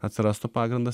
atsirastų pagrindas